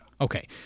Okay